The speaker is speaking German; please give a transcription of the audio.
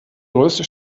größte